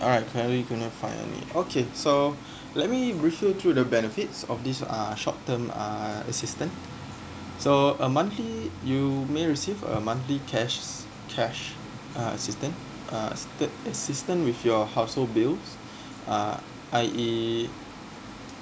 alright currently couldn't find any okay so let me brief you through the benefits of this uh short term uh assistant so um you may receive a monthly cash cash uh assistant uh assisted assistance with your household bill uh I_E